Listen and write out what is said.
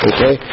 Okay